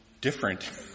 different